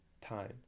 time